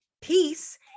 peace